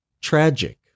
tragic